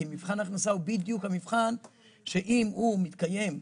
כי מבחן ההכנסה הוא בדיוק המבחן שאם הוא מתקיים,